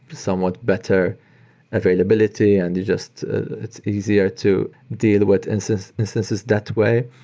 somewhat better availability and you just it's easier to deal with instances instances that way.